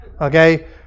okay